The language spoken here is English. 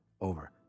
over